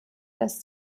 dass